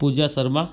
Puja Sharma